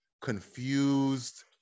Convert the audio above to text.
confused